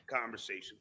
conversation